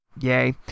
yay